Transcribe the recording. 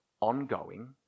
ongoing